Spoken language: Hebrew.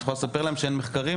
את יכולה לספר להם שאין מחקרים?